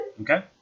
Okay